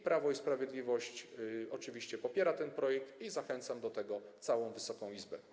Prawo i Sprawiedliwość oczywiście popiera ten projekt i zachęcam do tego całą Wysoką Izbę.